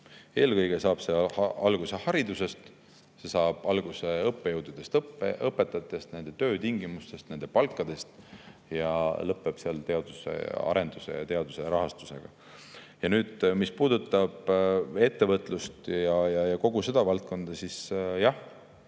Eelkõige saab see alguse haridusest, see saab alguse õppejõududest, õpetajatest, nende töötingimustest, nende palkadest ja lõpeb teaduse ja arenduse rahastusega. Nüüd, mis puudutab ettevõtlust ja kogu seda valdkonda, siis jah,